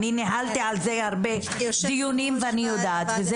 אני ניהלתי על זה הרבה דיונים ואני יודעת.